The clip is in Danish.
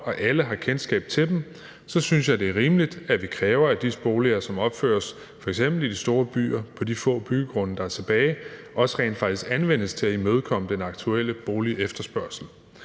og alle har kendskab til dem, synes jeg, det er rimeligt, at vi kræver, at de boliger, som opføres f.eks. i de store byer på de få byggegrunde, der er tilbage, også rent faktisk anvendes til at imødekomme den aktuelle boligefterspørgsel.